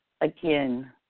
Again